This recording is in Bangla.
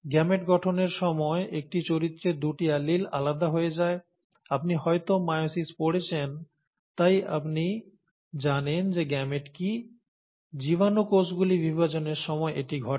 গেমেট গঠনের সময় একটি চরিত্রের দুটি অ্যালিল আলাদা হয়ে যায় আপনি হয়তো মায়োসিস পড়েছেন তাই আপনি জানেন যে গেমেট কি জীবাণু কোষগুলি বিভাজনের সময় এটি ঘটে